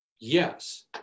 Yes